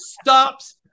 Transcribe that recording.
stops